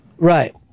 Right